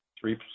three